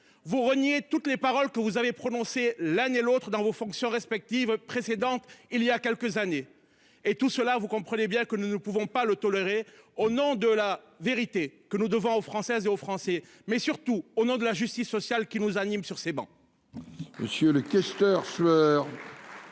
vous renier toutes les paroles que vous avez prononcé l'année l'autre dans vos fonctions respectives précédente. Il y a quelques années et tout cela, vous comprenez bien que nous ne pouvons pas le tolérer. Au nom de la vérité que nous devons aux Françaises et aux Français, mais surtout au nom de la justice sociale qui nous anime sur ces bancs.